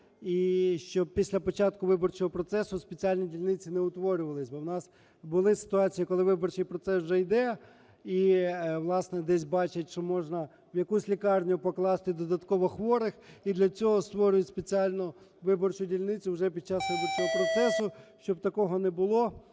І щоб після початку виборчого процесу спеціальні дільниці не утворювались, бо у нас були ситуації, коли виборчий процес вже йде, і, власне, десь бачать, що можна в якусь лікарню покласти додатково хворих, і для цього створюють спеціальну виборчу дільницю вже під час виборчого процесу. Щоб такого не було,